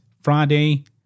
Friday